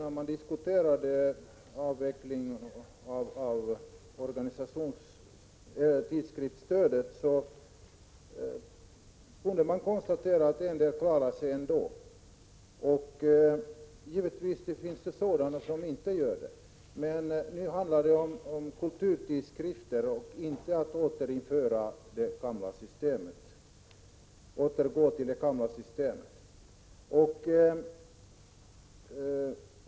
När avvecklingen av tidskriftsstödet diskuterades kunde vi konstatera att en del tidskrifter klarar sig utan stöd. Det finns givetvis sådana som inte gör det, men nu handlar det om kulturtidskrifter och inte om att återgå till det gamla systemet.